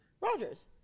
Rogers